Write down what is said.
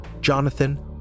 Jonathan